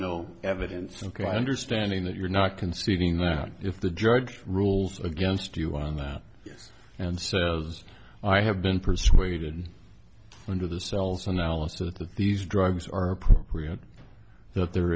no evidence and quite understanding that you're not conceding that if the judge rules against you on that yes and so as i have been persuaded under the cells analysis of these drugs are appropriate that there